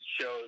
shows